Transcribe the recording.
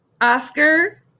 oscar